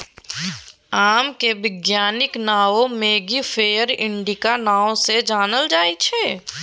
आमक बैज्ञानिक नाओ मैंगिफेरा इंडिका नाओ सँ जानल जाइ छै